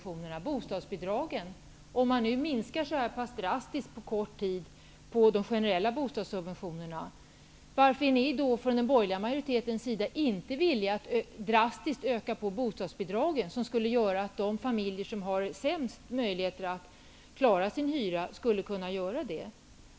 Om de generella bostadssubventionerna nu minskar så pass drastiskt under kort tid, varför är ni inte i den borgerliga majoriteten villiga att drastiskt öka bostadsbidragen, som skulle innebära att de familjer som har de sämsta möjligheterna att klara sin hyra kunde göra det?